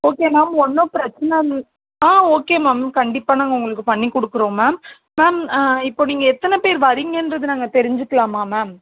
okay ma'am ஒன்றும் பிரச்சனை இல்லை ஆ ஓகே மேம் கண்டிப்பாக நாங்கள் உங்களுக்கு பண்ணி கொடுக்குறோம் மேம் மேம் இப்போது நீங்கள் எத்தனை பேர் வர்றீங்கன்றத நாங்க தெரிஞ்சுக்கலாமா மேம்